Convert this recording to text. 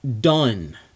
done